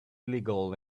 illegal